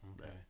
okay